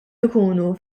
ikunu